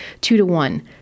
two-to-one